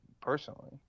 personally